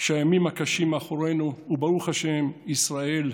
שהימים הקשים מאחורינו, וברוך השם ישראל,